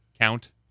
count